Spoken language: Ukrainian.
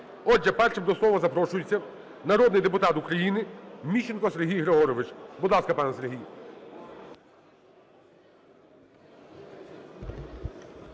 Отже, першим до слова запрошується народний депутат України Міщенко Сергій Григорович. Будь ласка, пане Сергій.